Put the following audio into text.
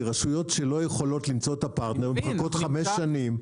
כי רשויות שלא יכולות למצוא את הפרטנר תוך חמש שנים.